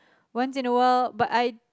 once in a while but I